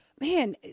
Man